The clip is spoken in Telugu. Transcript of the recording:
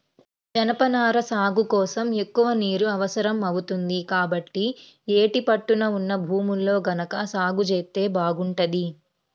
జనపనార సాగు కోసం ఎక్కువ నీరు అవసరం అవుతుంది, కాబట్టి యేటి పట్టున ఉన్న భూముల్లో గనక సాగు జేత్తే బాగుంటది